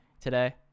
today